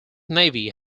navy